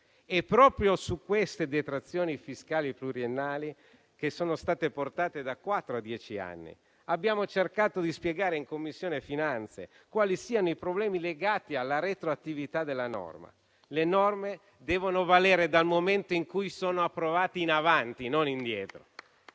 Proprio su queste detrazioni fiscali pluriennali, che sono state portate da quattro a dieci anni, abbiamo cercato di spiegare in Commissione finanze quali siano i problemi legati alla retroattività della norma. Le norme devono valere dal momento in cui sono approvate in avanti, non indietro.